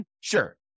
Sure